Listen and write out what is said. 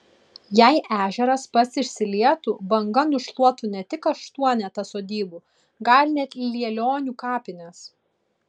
jei ežeras pats išsilietų banga nušluotų ne tik aštuonetą sodybų gal net lielionių kapines